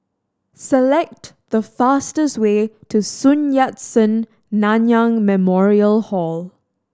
select the fastest way to Sun Yat Sen Nanyang Memorial Hall